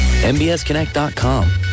MBSConnect.com